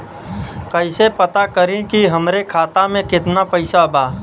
कइसे पता करि कि हमरे खाता मे कितना पैसा बा?